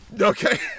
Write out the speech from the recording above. Okay